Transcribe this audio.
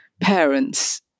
parents